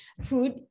food